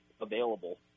available